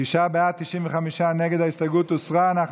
תשעה בעד, 95 נגד, ההסתייגות הוסרה.